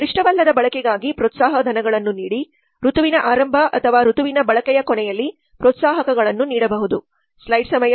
ಗರಿಷ್ಠವಲ್ಲದ ಬಳಕೆಗಾಗಿ ಪ್ರೋತ್ಸಾಹ ಧನಗಳನ್ನು ನೀಡಿ ಋತುವಿನ ಆರಂಭ ಅಥವಾ ಋ ತುವಿನ ಬಳಕೆಯ ಕೊನೆಯಲ್ಲಿ ಪ್ರೋತ್ಸಾಹಕಗಳನ್ನು ನೀಡಬಹುದು